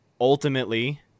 ultimately